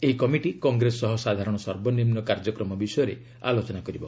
ଏହି କମିଟି କଂଗ୍ରେସ ସହ ସାଧାରଣ ସର୍ବନିମ୍ନ କାର୍ଯ୍ୟକ୍ରମ ବିଷୟରେ ଆଲୋଚନା କରିବ